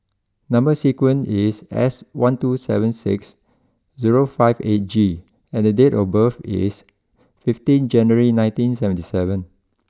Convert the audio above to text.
number sequence is S one two seven six zero five eight G and the date of birth is fifteen January nineteen seventy seven